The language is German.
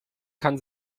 kann